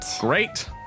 Great